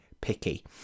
picky